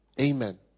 Amen